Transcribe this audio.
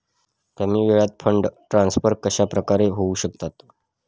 कमी वेळात fund transfer कशाप्रकारे होऊ शकतात?